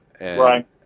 right